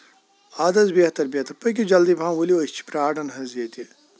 اَدٕ حظ بہتر بہتر پٔکو جلدی پَہم ؤلو أسۍ چھِ پراران حظ ییٚتہِ